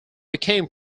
became